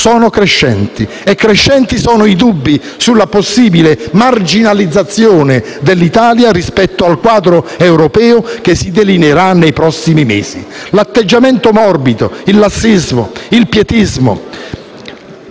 sono crescenti, così come crescenti sono i dubbi sulla possibile marginalizzazione dell'Italia rispetto al quadro europeo che si delineerà nei prossimi mesi. L'atteggiamento morbido, il lassismo, il pietismo